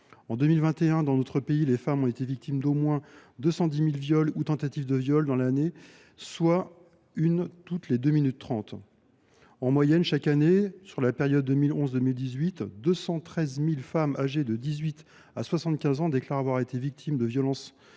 En 2021, dans notre pays, les femmes ont été victimes d’au moins 210 000 viols ou tentatives de viol, soit une agression toutes les deux minutes trente. En moyenne, chaque année sur la période 2011 2018, 213 000 femmes âgées de 18 à 75 ans ont déclaré avoir été victimes de violences physiques